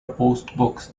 postbox